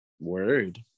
Word